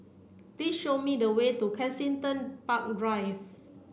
please show me the way to Kensington Park Drive